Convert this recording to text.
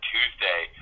Tuesday